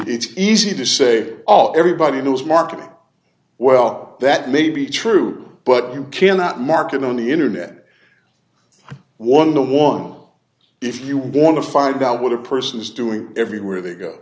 it's easy to say oh everybody knows marketing well that may be true but you cannot market on the internet one no one if you want to find out what a person is doing everywhere they go